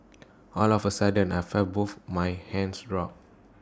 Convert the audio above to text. all of A sudden I felt both my hands drop